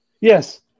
Yes